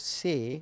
say